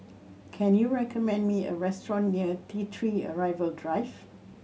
can you recommend me a restaurant near T Three Arrival Drive